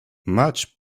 much